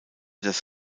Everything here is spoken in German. das